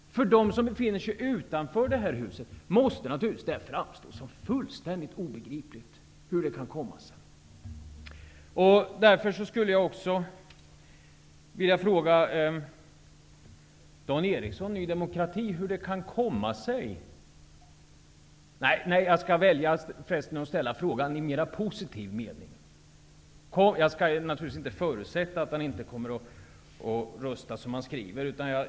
För dem som befinner sig utanför det här huset måste detta naturligtvis framstå som fullständigt obegripligt. Jag skulle vilja fråga Dan Eriksson i Stockholm i Ny demokrati hur det kan komma sig ... nej, jag skall välja att ställa frågan i en mera positiv me ning. Jag skall naturligtvis inte förutsätta att han inte kommer att rösta som han skriver.